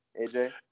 AJ